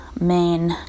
main